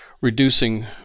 reducing